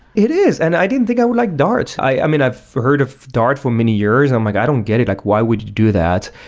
it is. and i didn't think i would like dart. i mean, i've heard of dart for many years. i'm like, i don't get it. like why would you do that?